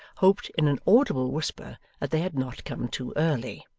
hoped in an audible whisper that they had not come too early.